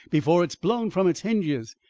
before it's blown from its hinges?